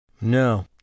No